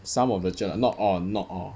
some of the cher lah not all not all